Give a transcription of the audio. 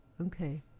okay